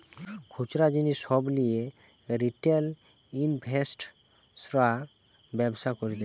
খুচরা জিনিস সব লিয়ে রিটেল ইনভেস্টর্সরা ব্যবসা করতিছে